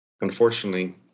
unfortunately